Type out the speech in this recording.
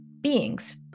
beings